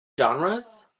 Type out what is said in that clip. Genres